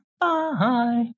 Bye